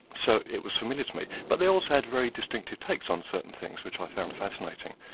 so it was familiar to me. but they also had very distinctive takes on certain things, which i found fascinating.